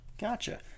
Gotcha